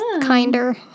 kinder